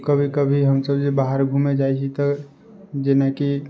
कभी कभी हमसब जे बाहर घुमै जाइ छी तऽ जेनाकि